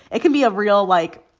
it can be a real, like,